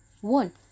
one